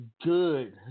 good